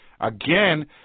again